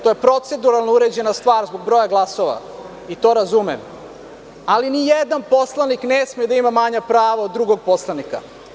To je proceduralno uređena stvar zbog broja glasova, i to razumem, ali ni jedan poslanik ne sme da ima manja prava od drugog poslanika.